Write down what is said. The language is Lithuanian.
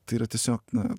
tai yra tiesiog na